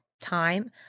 time